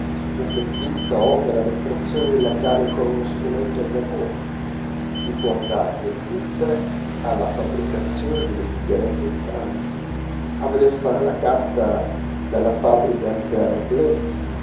un dentista opera l'estrazione della carie con uno strumento a vapore si può andare ad assistere alla fabbricazione delle sigarette di francia a veder fare la carta dalla fabbrica darblay